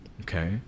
Okay